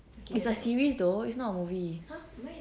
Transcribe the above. it's a series though it's not a movie